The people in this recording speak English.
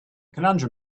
conundrum